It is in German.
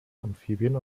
amphibien